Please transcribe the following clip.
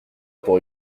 pour